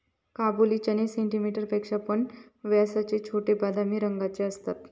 काबुली चणे सेंटीमीटर पेक्षा पण व्यासाचे छोटे, बदामी रंगाचे असतत